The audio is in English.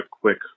quick